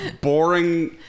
boring